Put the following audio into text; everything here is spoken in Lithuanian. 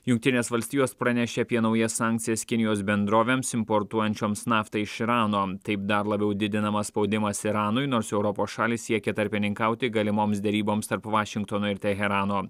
jungtinės valstijos pranešė apie naujas sankcijas kinijos bendrovėms importuojančioms naftą iš irano taip dar labiau didinamas spaudimas iranui nors europos šalys siekia tarpininkauti galimoms deryboms tarp vašingtono ir teherano